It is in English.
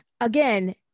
again